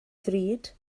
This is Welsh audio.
ddrud